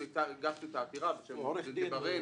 אנחנו הגשנו את העתירה בשם העותרים.